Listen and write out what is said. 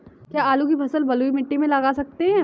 क्या आलू की फसल बलुई मिट्टी में लगा सकते हैं?